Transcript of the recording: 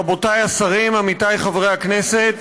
רבותיי השרים, עמיתיי חברי הכנסת,